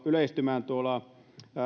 yleistymään